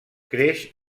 creix